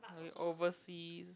okay oversea